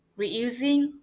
reusing